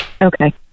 Okay